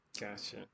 Gotcha